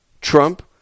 Trump